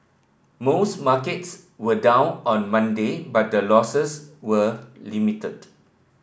most markets were down on Monday but the losses were limited